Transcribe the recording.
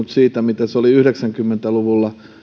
muuttunut siitä mitä se oli yhdeksänkymmentä luvulla